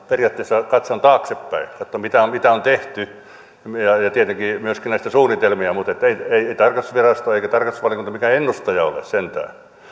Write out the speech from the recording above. periaatteessa katson taaksepäin mitä on mitä on tehty ja tietenkin myöskin näitä suunnitelmia mutta ei ei tarkastusvirasto eikä tarkastusvaliokunta mitään ennustajia ole sentään